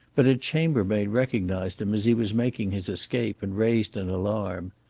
but a chambermaid recognized him as he was making his escape, and raised an alarm.